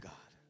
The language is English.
God